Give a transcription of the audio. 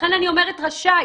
לכן אני אומרת "רשאי".